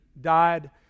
died